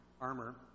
armor